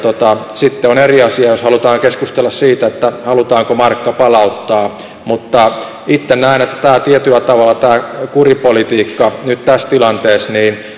sitten on eri asia jos halutaan keskustella siitä että halutaanko markka palauttaa mutta itse näen että tietyllä tavalla tämä kuripolitiikka nyt tässä tilanteessa